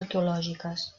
arqueològiques